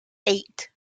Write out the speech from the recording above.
eight